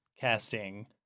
casting